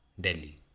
Delhi